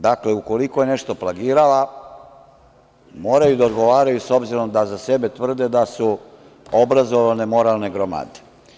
Dakle, ukoliko je nešto plagirala moraju da odgovaraju s obzirom da za sebe tvrde da su obrazovne moralne gromade.